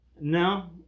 No